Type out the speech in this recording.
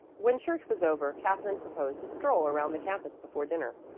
when church was over katherine proposed a stroll around the campus before dinner.